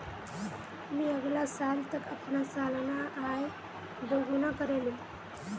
मी अगला साल तक अपना सालाना आय दो गुना करे लूम